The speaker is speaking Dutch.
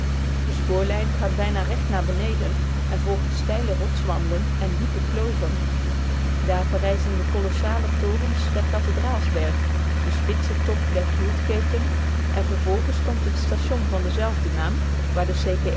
de spoorlijn gaat bijna recht naar beneden en volgt steile rotswanden en diepe kloven daar verrijzen de kolossale torens van den kathedraalberg den spitsen top der fieldketen en vervolgens komt het station van denzelfden naam waar de